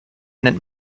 nennt